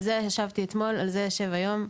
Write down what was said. על זה ישבתי אתמול, על זה אשב היום.